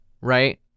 Right